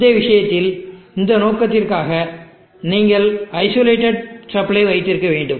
இந்த விஷயத்தில் இந்த நோக்கத்திற்காக நீங்கள் ஐசோலேட்டடு சப்ளை வைத்திருக்க வேண்டும்